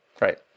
Right